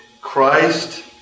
Christ